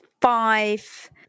five